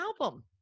album